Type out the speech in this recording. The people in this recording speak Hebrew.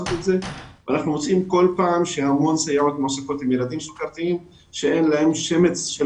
מוצאים כל פעם שהמון סייעות שאין להם שמץ של